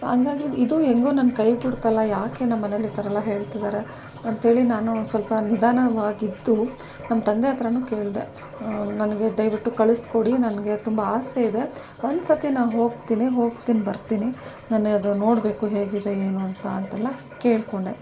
ಹಂಗಾಗಿ ಇದು ಹೆಂಗೋ ನನ್ನ ಕೈ ಬಿಡ್ತಲ್ಲ ಯಾಕೆ ನಮ್ಮನೇಲಿ ಈ ಥರ ಎಲ್ಲ ಹೇಳ್ತಿದ್ದಾರೆ ಅಂಥೇಳಿ ನಾನು ಸ್ವಲ್ಪ ನಿಧಾನವಾಗಿದ್ದು ನಮ್ಮ ತಂದೆ ಹತ್ರಾನು ಕೇಳಿದೆ ನನಗೆ ದಯವಿಟ್ಟು ಕಳಿಸಿಕೊಡಿ ನನಗೆ ತುಂಬ ಆಸೆ ಇದೆ ಒಂದು ಸರ್ತಿ ನನ್ಗೆ ಅದು ನೋಡಬೇಕು ಹೇಗಿದೆ ಏನು ಅಂತ ಅಂತೆಲ್ಲ ಕೇಳಿಕೊಂಡೆ